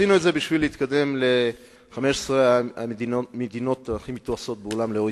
עשינו את זה כדי להתקדם ל-15 המדינות הכי מתועשות בעולם ב-OECD,